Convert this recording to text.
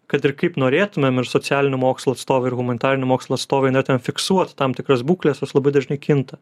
kad ir kaip norėtumėm ir socialinių mokslų atstovų ir humanitarinių mokslų atstovai ne ten fiksuos tam tikras būkles jos labai dažnai kinta